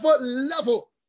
level